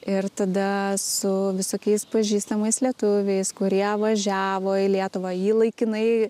ir tada su visokiais pažįstamais lietuviais kurie važiavo į lietuvą jį laikinai